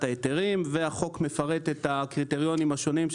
ההיתרים והחוק מפרט את הקריטריונים השונים,